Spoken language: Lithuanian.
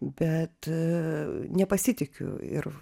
bet nepasitikiu ir